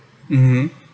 mmhmm